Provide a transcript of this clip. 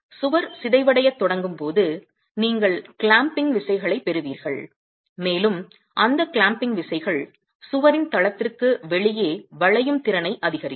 சுவர் சிதைவடையத் தொடங்கும் போது நீங்கள் கிளாம்பிங் விசைகளைப் பெறுவீர்கள் மேலும் அந்த கிளாம்பிங் விசைகள் சுவரின் தளத்திற்கு வெளியே வளையும் திறனை அதிகரிக்கும்